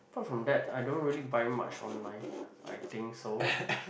apart from that I don't really buy much online I think so